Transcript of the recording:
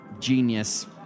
genius